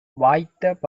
வாய்த்த